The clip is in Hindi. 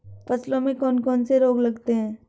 फसलों में कौन कौन से रोग लगते हैं?